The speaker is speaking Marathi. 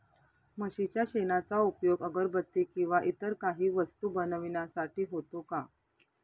म्हशीच्या शेणाचा उपयोग अगरबत्ती किंवा इतर काही वस्तू बनविण्यासाठी होतो का?